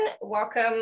Welcome